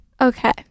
Okay